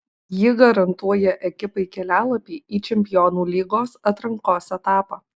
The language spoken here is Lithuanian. ji garantuoja ekipai kelialapį į čempionų lygos atrankos etapą